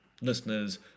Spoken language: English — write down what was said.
Listeners